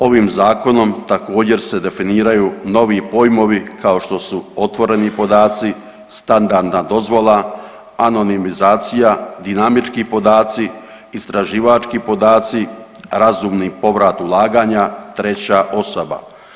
Ovim zakonom također se definiraju novi pojmovi kao što su otvoreni podaci, standardna dozvola, anonimizacija, dinamički podaci, istraživački podaci, razumni povrat ulaganja, treća osoba.